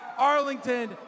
Arlington